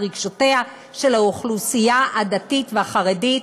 על רגשותיה של האוכלוסייה הדתית והחרדית,